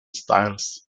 styles